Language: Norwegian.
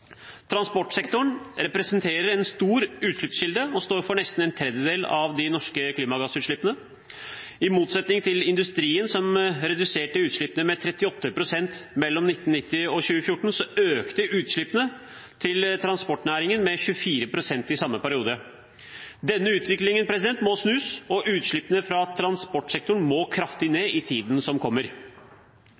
Transportsektoren representerer en stor utslippskilde og står for nesten en tredjedel av de norske klimagassutslippene. I motsetning til industrien, som reduserte utslippene med 38 pst. mellom 1990 og 2014, økte utslippene til transportnæringen med 24 pst. i samme periode. Denne utviklingen må snus, og utslippene fra transportsektoren må kraftig ned i tiden som kommer.